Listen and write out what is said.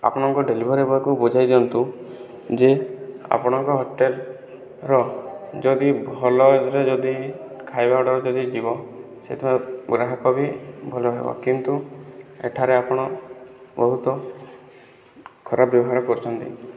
ଆପଣଙ୍କ ଡେଲିଭରି ବୟକୁ ବୁଝାଇଦିଅନ୍ତୁ ଯେ ଆପଣଙ୍କ ହୋଟେଲର ଯଦି ଭଲ ଯଦି ଖାଇବା ଅର୍ଡ଼ର ତ ଦେଇକି ଯିବ ସେ ତା ଗ୍ରାହକବି ଭଲ ହେବ କିନ୍ତୁ ଏଠାରେ ଆପଣ ବହୁତ ଖରାପ ବ୍ୟବହାର କରୁଛନ୍ତି